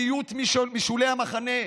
מיעוט משולי המחנה,